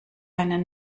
einen